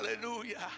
hallelujah